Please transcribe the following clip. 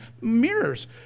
mirrors